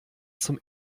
zum